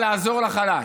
לעזור לחלש.